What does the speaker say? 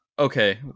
okay